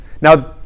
Now